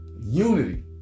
Unity